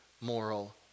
moral